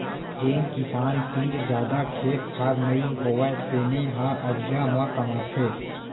जेन किसान तीर जादा खेत खार नइ होवय तेने ह अधिया म कमाथे